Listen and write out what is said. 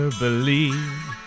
believe